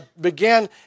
began